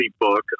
book